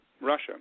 russia